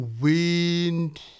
wind